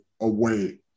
away